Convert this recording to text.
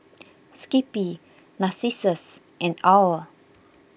Skippy Narcissus and Owl